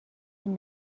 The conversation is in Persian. این